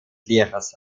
lehrers